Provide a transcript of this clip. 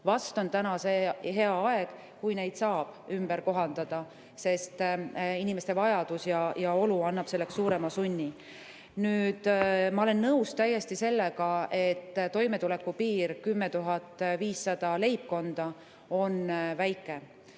Vast on täna see hea aeg, kui neid saab ümber kohandada, sest inimeste vajadus ja olud annavad selleks suurema sunni. Ma olen täiesti nõus sellega, et toimetulekupiir 10 500 leibkonnale, [kes